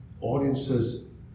audiences